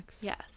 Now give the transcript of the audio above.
Yes